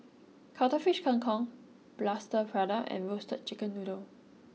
Cuttlefish Kang Kong Plaster Prata and Roasted Chicken Noodle